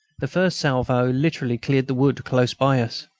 the first salvo literally cleared the wood close by us.